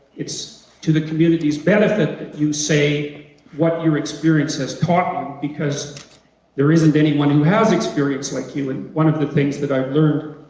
it's to the community's benefit you say what your experience has caught on, because there isn't anyone who has exprience like you and one of the things that i've learned.